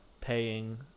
paying